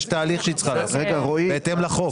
יש תהליך שהיא צריכה לעשות, בהתאם לחוק.